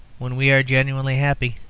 when we are genuinely happy,